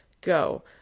Go